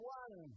one